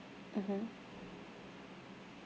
mmhmm